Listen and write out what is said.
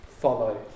follow